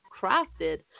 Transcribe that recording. crafted